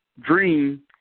dream